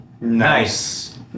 Nice